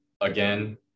again